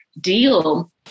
deal